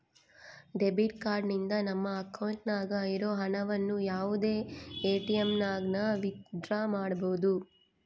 debit card ನಿಂದ ನಮ್ಮ ಅಕೌಂಟ್ನಾಗ ಇರೋ ಹಣವನ್ನು ಯಾವುದೇ ಎಟಿಎಮ್ನಾಗನ ವಿತ್ ಡ್ರಾ ಮಾಡ್ಬೋದು